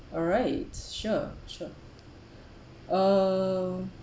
alright sure sure uh